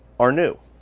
are new.